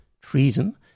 treason